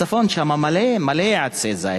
הצפון מלא עצי זית,